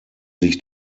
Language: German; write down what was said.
sich